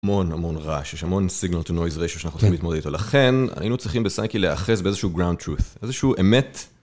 המון המון רעש, יש המון סיגנל טו נוייז ריישו שאנחנו צריכים להתמודד איתו, לכן היינו צריכים בסייקי להיאחז באיזשהו גראנד טרוץ, איזשהו אמת.